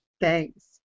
Thanks